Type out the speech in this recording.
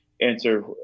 answer